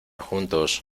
juntos